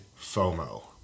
FOMO